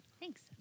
Thanks